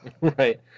Right